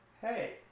hey